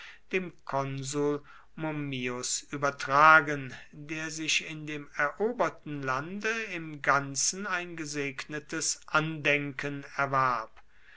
dem konsul mummius übertragen der sich in dem eroberten lande im ganzen ein gesegnetes andenken erwarb